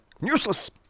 useless